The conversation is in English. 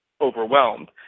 overwhelmed